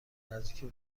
نزدیکی